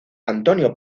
antonio